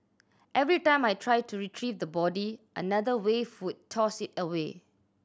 every time I tried to retrieve the body another wave would toss it away